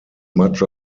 much